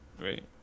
right